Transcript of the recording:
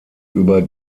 über